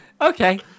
Okay